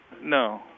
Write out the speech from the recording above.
No